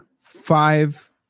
five